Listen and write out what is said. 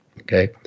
Okay